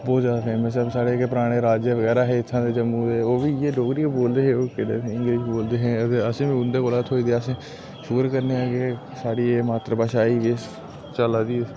बोह्त ज्यादा फेमस ऐ जेह्के पराने राजे बगैरा हे इत्थैं दे जम्मू दे ओह् बी इ'यै डोगरी गै बोलदे हे ओह् केह्ड़े इंग्लिश बोलदे हे ते असें बी उं'दे कोला गै थ्होई दी अस शुकर करने आं कि साढ़ी एह मात्तर भाशा एह् चला दी